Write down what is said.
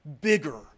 bigger